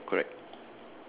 ya ya correct